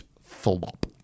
flop